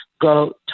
go